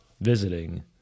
visiting